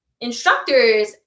instructors